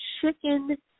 chicken